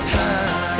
time